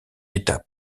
état